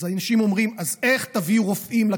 אז אנשים אומרים: איך תביא רופאים לקיצור?